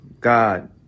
God